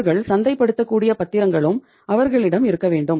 அவர்கள் சந்தைப்படுத்தக்கூடிய பத்திரங்களும் அவர்களிடம் இருக்க வேண்டும்